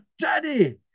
daddy